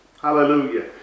Hallelujah